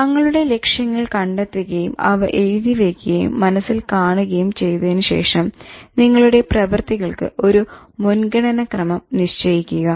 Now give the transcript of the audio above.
തങ്ങളുടെ ലക്ഷ്യങ്ങൾ കണ്ടെത്തുകയും അവ എഴുതി വയ്ക്കുകയും മനസ്സിൽ കാണുകയും ചെയ്തതിന് ശേഷം നിങ്ങളുടെ പ്രവർത്തികൾക്ക് ഒരു മുൻഗണന ക്രമം നിശ്ചയിക്കുക